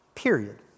period